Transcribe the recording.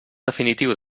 definitiu